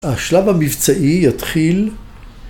‫השלב המבצעי יתחיל...